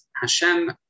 Hashem